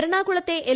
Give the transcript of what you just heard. എറണാകുളത്തെ എൽ